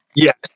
Yes